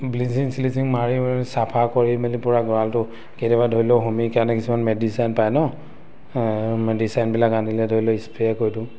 bleaching শ্লিচিং মাৰি মেলি চাফা কৰি মেলি পূৰা গড়ালটো কেতিয়াবা ধৰি লওক হোমিৰ কাৰণে কিছুমান মেডিচাইন পায় ন মেডিচাইনবিলাক আনিলে ধৰি লওক স্প্ৰে কৰি দিওঁ